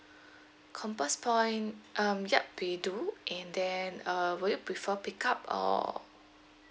compass point um yup we do and then uh would you prefer pick up or